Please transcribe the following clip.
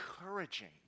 encouraging